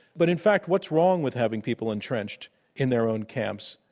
but in fact, what's wrong with having people entrenched in their own camps,